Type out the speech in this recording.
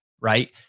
Right